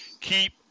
keep